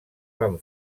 van